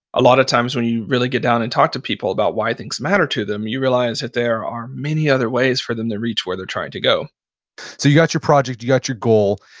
a lot of times when you really get down and talk to people about why things matter to them, you realize that there are many other ways for them to reach where they're trying to go so, you got your project, you got your goal.